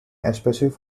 especially